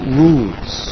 rules